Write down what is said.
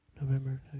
November